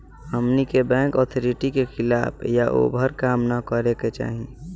हमनी के bank authority के खिलाफ या ओभर काम न करे के चाही